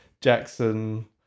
Jackson